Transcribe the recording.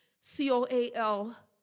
C-O-A-L